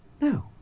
No